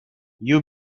you